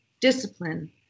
discipline